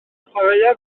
chwaraea